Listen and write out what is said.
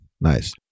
Nice